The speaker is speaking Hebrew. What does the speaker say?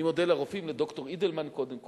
אני מודה לרופאים, לד"ר אידלמן, קודם כול,